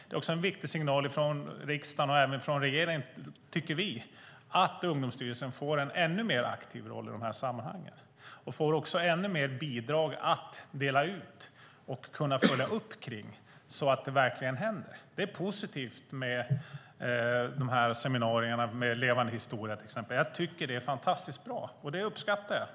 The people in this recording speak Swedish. Det är också en viktig signal från riksdagen och regeringen, tycker vi, att Ungdomsstyrelsen får en ännu mer aktiv roll i dessa sammanhang och får ännu mer bidrag att dela ut och kunna följa upp, så att det verkligen händer. Det är positivt med seminarierna med Forum för levande historia, till exempel. Jag tycker att det är fantastiskt bra, och jag uppskattar det.